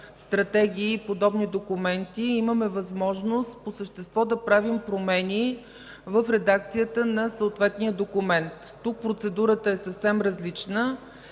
стратегии и подобни документи, имаме възможност по същество да правим промени в редакцията на съответния документ. Тук процедурата е съвсем различна